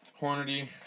Hornady